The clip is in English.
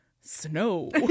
Snow